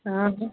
हाँ हाँ